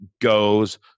goes